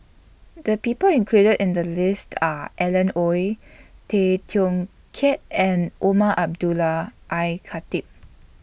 The People included in The list Are Alan Oei Tay Teow Kiat and Umar Abdullah Al Khatib